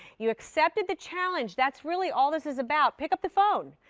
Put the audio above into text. you accepted the challenge. that's really all this is about. pick up the phone.